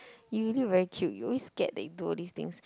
you really very cute you always scared that they'll do all these things